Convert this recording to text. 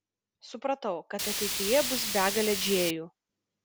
supratau kad ateityje bus begalė džėjų